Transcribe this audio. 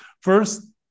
First